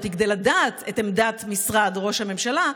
היא כדי לדעת את עמדת משרד ראש הממשלה,